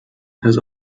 has